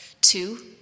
Two